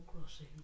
Crossing